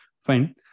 fine